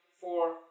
four